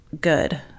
good